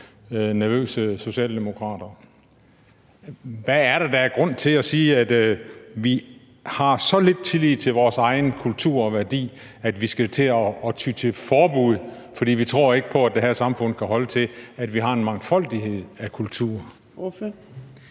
Hvad er grunden til, at vi har så lidt tillid til vores egen kultur og værdier, at vi skal til at ty til forbud, fordi vi ikke tror på, at det her samfund kan holde til, at vi har en mangfoldighed af kulturer?